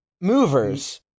movers